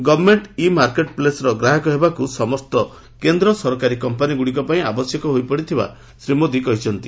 government e ମାର୍କେଟ୍ପ୍ଲେସ୍ର ଗ୍ରାହକ ହେବାକୁ ସମସ୍ତ କେନ୍ଦ୍ର ସରକାରୀ କମ୍ପାନୀଗୁଡ଼ିକ ପାଇଁ ଆବଶ୍ୟକୀୟ ହୋଇପଡିଥିବାର ଶ୍ରୀ ମୋଦି କହିଛନ୍ତି